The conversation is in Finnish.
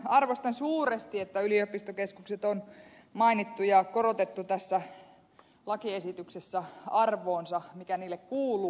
arvostan suuresti että yliopistokeskukset on mainittu ja korotettu tässä lakiesityksessä arvoonsa mikä niille kuuluu